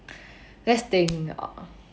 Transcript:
let's think ah